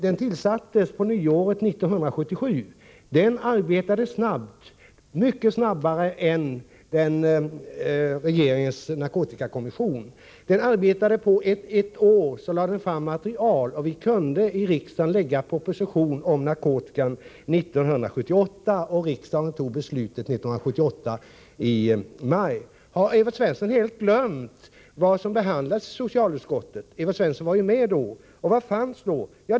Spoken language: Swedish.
Den arbetade snabbt — mycket snabbare än regeringens narkotikakommission — och efter ett år, 1978, kunde vi förelägga riksdagen en proposition som föranledde beslut i maj 1978. Har Evert Svensson helt glömt vad som behandlats i socialutskottet? Evert Svensson var ju med då. Och vad fanns då?